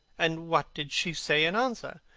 and what did she say in answer?